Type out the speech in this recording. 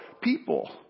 people